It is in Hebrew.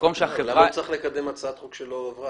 במקום שהחברה --- למה הוא צריך לקדם הצעת חוק שלא עברה,